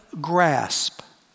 grasp